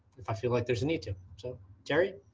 if i feel like there's a need to. so jerry,